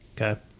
okay